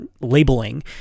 labeling